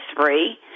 three